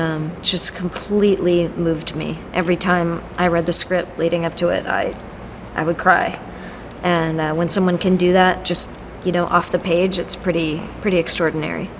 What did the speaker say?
and just completely moved me every time i read the script leading up to it i would cry and when someone can do that just you know off the page it's pretty pretty extraordinary